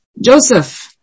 Joseph